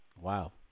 Wow